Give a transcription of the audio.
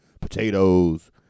potatoes